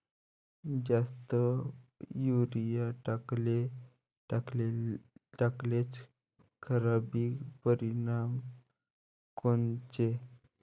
जास्त युरीया टाकल्याचे खराब परिनाम कोनचे?